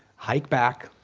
hike back,